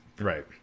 right